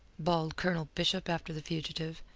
bawled colonel bishop after the fugitive,